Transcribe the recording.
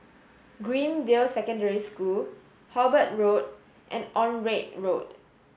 Greendale Secondary School Hobart Road and Onraet Road